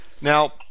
Now